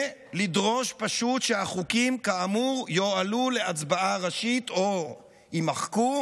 ולדרוש שהחוקים כאמור יועלו להצבעה ראשית או יימחקו